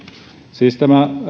siis